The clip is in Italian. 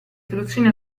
soluzioni